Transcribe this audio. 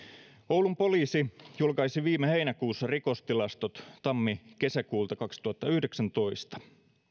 oulun poliisi julkaisi viime heinäkuussa rikostilastot tammi kesäkuulta kaksituhattayhdeksäntoista